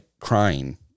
crying